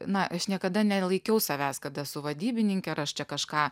na aš niekada nelaikiau savęs kad esu vadybininkė ar aš čia kažką